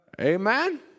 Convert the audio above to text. Amen